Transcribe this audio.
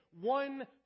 one